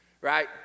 Right